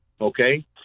okay